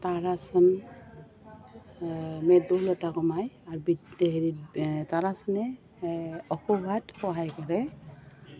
তাৰাসনে মেদবহুলতা কমায় আৰু হেৰিত তাৰাসনে ওখ হোৱাত সহায় কৰে